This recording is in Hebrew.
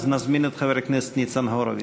אז נזמין את חבר הכנסת ניצן הורוביץ.